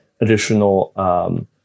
additional